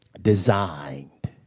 designed